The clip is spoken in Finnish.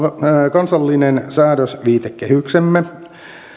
kansallinen säädösviitekehyksemme